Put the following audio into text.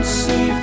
see